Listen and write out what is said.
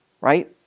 right